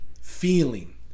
feeling